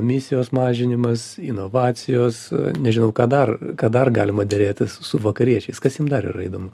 emisijos mažinimas inovacijos nežinau ką dar ką dar galima derėtis su vakariečiais kas jiem dar yra įdomu